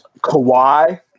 Kawhi